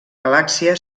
galàxia